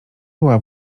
była